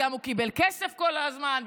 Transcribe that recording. והוא גם קיבל כסף כל הזמן,